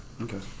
okay